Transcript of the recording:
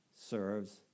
serves